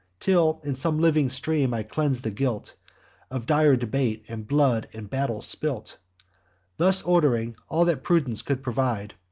till in some living stream i cleanse the guilt of dire debate, and blood in battle spilt thus, ord'ring all that prudence could provide,